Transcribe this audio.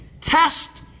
Test